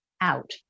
out